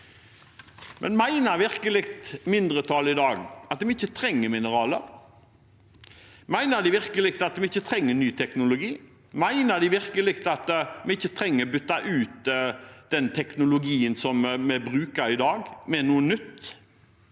mindretallet i dag at vi ikke trenger mineraler? Mener de virkelig at vi ikke trenger ny teknologi? Mener de virkelig at vi ikke trenger å bytte ut den teknologien som vi bruker i dag, med noe nytt?